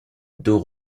dos